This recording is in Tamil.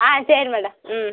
ஆ சரி மேடம் ம்